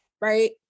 right